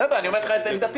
בסדר, אני אומר לך את עמדתי.